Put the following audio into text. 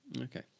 Okay